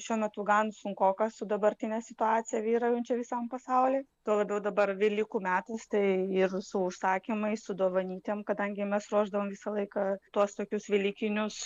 šiuo metu gan sunkokas su dabartine situacija vyraujančia visam pasauly tuo labiau dabar velykų metas tai ir su užsakymais su dovantytėm kadangi mes ruošdavom visą laiką tuos tokius velykinius